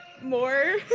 more